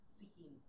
seeking